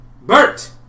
Bert